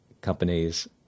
companies